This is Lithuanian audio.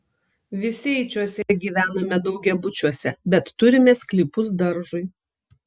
visi eičiuose gyvename daugiabučiuose bet turime sklypus daržui